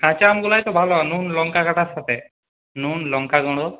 কাঁচা আমগুলোই তো ভালো হয় নুন লঙ্কা কাটার সাথে নুন লঙ্কাগুঁড়ো